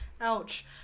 ouch